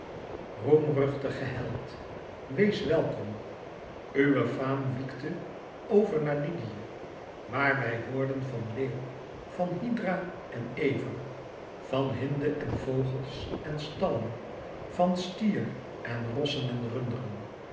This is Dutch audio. roemruchtige held wees welkom uwe faam wiekte over naar lydië waar wij hoorden van leeuw van hydra en ever van hinde en vogels en stallen van stier en rossen en runderen